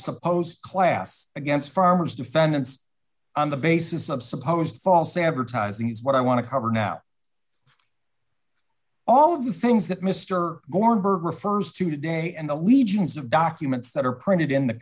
supposed class against farmers defendants on the basis of supposed false advertising is what i want to cover now all of the things that mr gore bird refers to today and the legions of documents that are printed in the